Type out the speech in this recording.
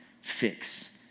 fix